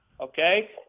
okay